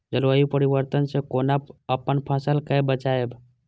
जलवायु परिवर्तन से कोना अपन फसल कै बचायब?